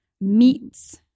meats